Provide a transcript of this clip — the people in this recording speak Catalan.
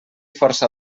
força